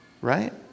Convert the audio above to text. right